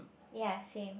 ya same